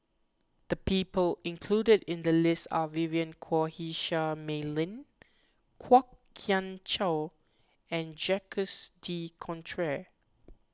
the people included in the list are Vivien Quahe Seah Mei Lin Kwok Kian Chow and Jacques De Coutre